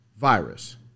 virus